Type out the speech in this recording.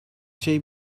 şey